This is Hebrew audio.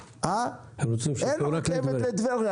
הם רוצים שייסעו רק לטבריה.